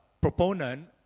proponent